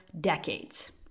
decades